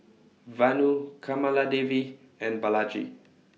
Vanu Kamaladevi and Balaji